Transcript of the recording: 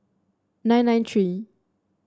nine nine three